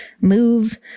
move